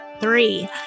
three